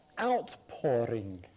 outpouring